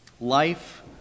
Life